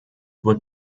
would